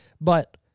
But-